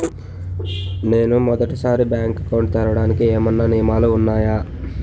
నేను మొదటి సారి బ్యాంక్ అకౌంట్ తెరవడానికి ఏమైనా నియమాలు వున్నాయా?